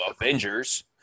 Avengers –